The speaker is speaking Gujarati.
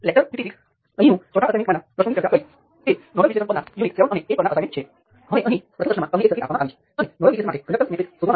હવે હું કહીશ કે જ્યારે આપણી પાસે કરંટ નિયંત્રિત કરંટ સ્ત્રોત હોય ત્યારે મેશ વિશ્લેષણ કેવી રીતે કરવું